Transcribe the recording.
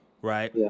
Right